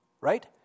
right